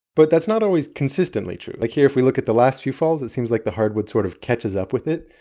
but that's not always consistently true like here if we look at the last few falls it seems like the hardwood sort of catches up with it,